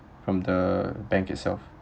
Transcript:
from the bank itself